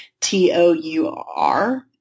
T-O-U-R